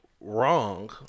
wrong